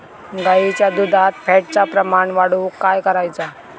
गाईच्या दुधात फॅटचा प्रमाण वाढवुक काय करायचा?